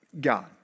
God